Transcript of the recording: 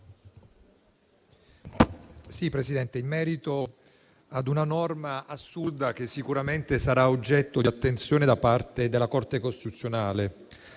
intervengo in merito ad una norma assurda, che sicuramente sarà oggetto di attenzione da parte della Corte costituzionale.